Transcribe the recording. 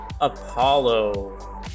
Apollo